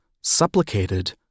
supplicated